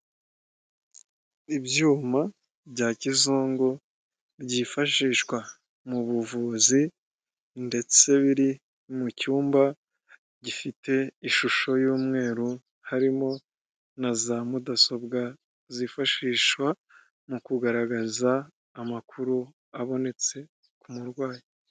Ibyuma bya kizungu byifashishwa mu buvuzi ndetse biri mu cyumba gifite ishusho y'umweru, harimo na za mudasobwa zifashishwa mu kugaragaza amakuru abonetse ku murwayi.